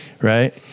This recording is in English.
right